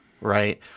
right